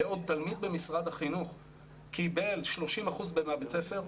בעוד תלמיד במשרד החינוך קיבל 30% מבית הספר,